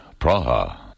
Praha